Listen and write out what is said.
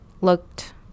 looked